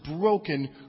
broken